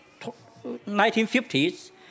1950s